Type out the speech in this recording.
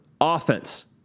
Offense